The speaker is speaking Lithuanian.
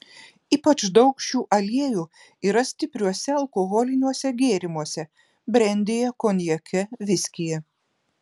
ypač daug šių aliejų yra stipriuose alkoholiniuose gėrimuose brendyje konjake viskyje